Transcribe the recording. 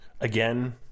again